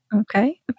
Okay